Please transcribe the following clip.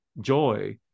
joy